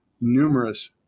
numerous